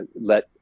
let